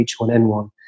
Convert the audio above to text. H1N1